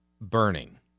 burning